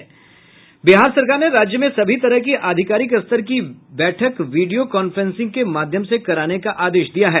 बिहार सरकार ने राज्य में सभी तरह की आधिकारिक स्तर की बैठक वीडियो कॉफ्रेंसिंग के माध्यम से कराने का आदेश दिया है